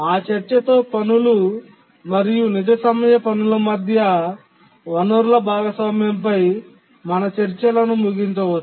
ఆ చర్చతో పనులు మరియు నిజ సమయ పనుల మధ్య వనరుల భాగస్వామ్యంపై మన చర్చలను ముగించవచ్చు